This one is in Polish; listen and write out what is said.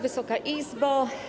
Wysoka Izbo!